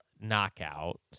knockout